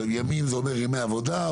שימים זה אומר ימי עבודה?